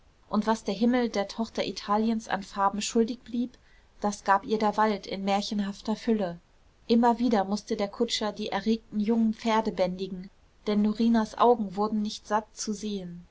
und was der himmel der tochter italiens an farben schuldig blieb das gab ihr der wald in märchenhafter fülle immer wieder mußte der kutscher die erregten jungen pferde bändigen denn norinas augen wurden nicht satt zu sehen